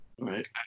right